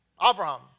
Avram